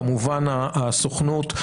כמובן הסוכנות,